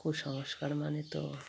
কুসংস্কার মানে তো